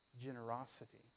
generosity